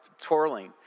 twirling